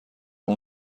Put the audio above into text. اون